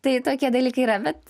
tai tokie dalykai yra bet